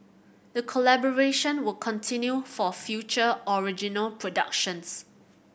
the collaboration will continue for future original productions